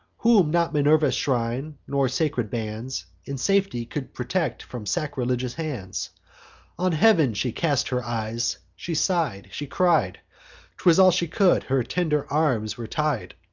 whom not minerva's shrine, nor sacred bands, in safety could protect from sacrilegious hands on heav'n she cast her eyes, she sigh'd, she cried t was all she could her tender arms were tied.